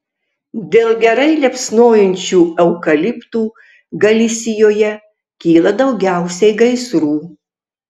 dėl gerai liepsnojančių eukaliptų galisijoje kyla daugiausiai gaisrų